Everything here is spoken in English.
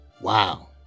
Wow